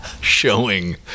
showing